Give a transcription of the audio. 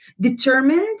determined